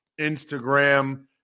Instagram